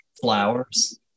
flowers